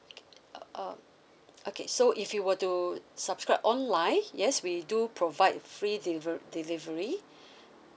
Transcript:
uh okay so if you were to subscribe online yes we do provide free deliv~ delivery